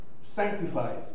sanctified